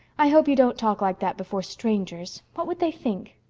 i hope you don't talk like that before strangers. what would they think?